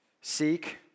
Seek